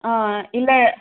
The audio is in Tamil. ஆ இந்த